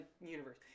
universe